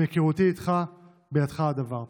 מהיכרותי איתך, בידך הדבר.